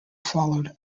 followed